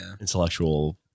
intellectual